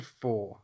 four